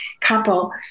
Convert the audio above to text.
couple